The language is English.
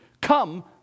Come